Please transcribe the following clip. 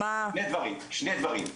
שני דברים,